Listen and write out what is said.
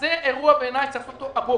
בעיניי זה אירוע שצריך לפתור אותו הבוקר.